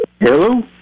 hello